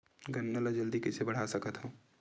गन्ना ल जल्दी कइसे बढ़ा सकत हव?